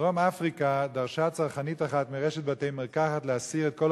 בדרום-אפריקה דרשה צרכנית אחת מרשת בתי-מרקחת להסיר את כל